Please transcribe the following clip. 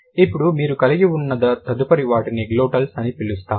ఇప్పుడు మీరు కలిగి ఉన్న తదుపరి వాటిని గ్లోటల్స్ అని పిలుస్తాము